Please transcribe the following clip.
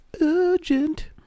Urgent